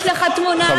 יש לך תמונה,